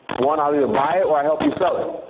one i'll either buy it or i'll help you sell it.